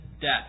death